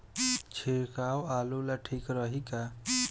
छिड़काव आलू ला ठीक रही का?